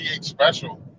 special